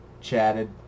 Chatted